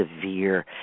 severe